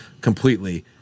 completely